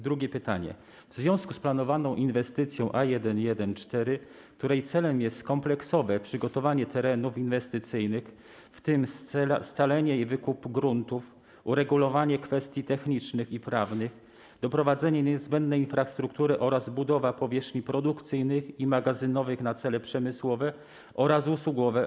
Drugie pytanie wiąże się z planowaną inwestycją A1.1.4, której celem jest kompleksowe przygotowanie terenów inwestycyjnych, w tym scalenie i wykop gruntów, uregulowanie kwestii technicznych i prawnych, doprowadzenie niezbędnej infrastruktury oraz budowa powierzchni produkcyjnych i magazynowych na cele przemysłowe oraz usługowe.